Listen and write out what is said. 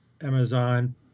amazon